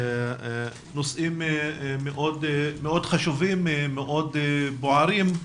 נדון בנושאים מאוד חשובים ומאוד בוערים.